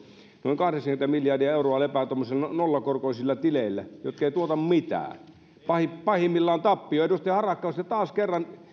noin kahdeksankymmentä miljardia euroa lepää tuommoisilla nollakorkoisilla tileillä jotka eivät tuota mitään pahimmillaan tappiota edustaja harakka jos te taas kerran